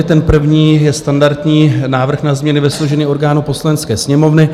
Ten první je standardní Návrh na změny ve složení orgánů Poslanecké sněmovny.